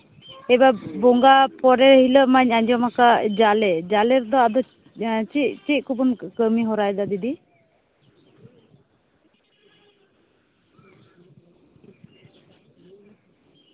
ᱮᱵᱟᱨ ᱵᱚᱸᱜᱟ ᱯᱚᱨᱮ ᱦᱤᱞᱟᱹᱜ ᱢᱟᱧ ᱟᱸᱡᱚᱢᱟᱠᱟᱫ ᱡᱟᱞᱮ ᱡᱟᱞᱮ ᱨᱮᱫᱚ ᱟᱫᱚ ᱪᱮᱫ ᱪᱮᱫ ᱪᱮᱫ ᱠᱚᱵᱚᱱ ᱠᱟᱹᱢᱤᱦᱚᱨᱟᱭᱫᱟ ᱫᱤᱫᱤ